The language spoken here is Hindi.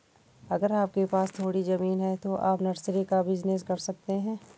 अगर आपके पास थोड़ी ज़मीन है तो आप नर्सरी का बिज़नेस कर सकते है